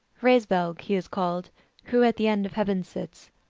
hraesvelg he is called who at the end of heaven sits,